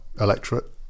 electorate